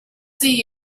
see